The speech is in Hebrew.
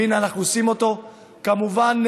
והינה אנחנו עושים אותו, כמובן,